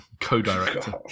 Co-director